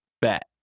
Bet